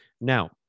Now